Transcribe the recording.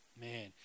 man